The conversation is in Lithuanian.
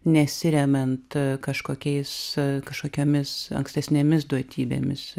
nesiremiant kažkokiais kažkokiomis ankstesnėmis duotybėmis